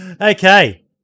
Okay